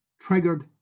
Triggered